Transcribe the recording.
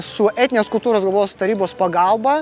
su etninės kultūros globos tarybos pagalba